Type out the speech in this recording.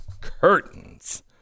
curtains